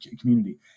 community